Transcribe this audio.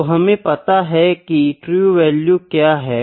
तो हमे पता है की ट्रू वैल्यू क्या है और मीन वैल्यू क्या है